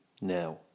now